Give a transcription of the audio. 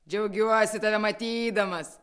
džiaugiuosi tave matydamas